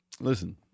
listen